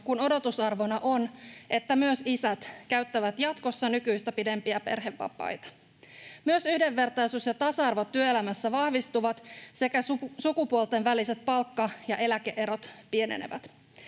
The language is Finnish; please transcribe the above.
kun odotusarvona on, että myös isät käyttävät jatkossa nykyistä pidempiä perhevapaita. Myös yhdenvertaisuus ja tasa-arvo työelämässä vahvistuvat sekä sukupuolten väliset palkka‑ ja eläke-erot pienenevät.